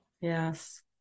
Yes